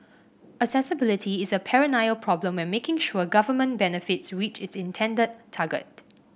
accessibility is a perennial problem when making sure government benefits reach its intended target